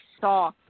saw